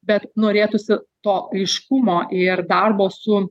bet norėtųsi to aiškumo ir darbo su